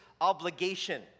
obligation